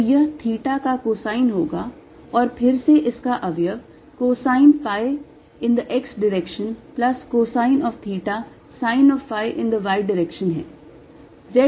तो यह theta का cosine होगा और फिर से इसका अवयव cosine phi in the x direction plus cosine of theta sine of phi in the y direction है